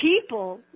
people